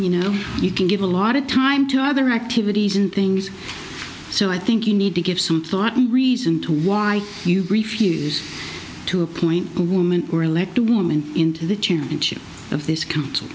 you know you can give a lot of time to other activities and things so i think you need to give some thought and reason to why you refuse to appoint a woman or elect a woman into the championship of this country